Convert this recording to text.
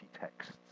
texts